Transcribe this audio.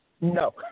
No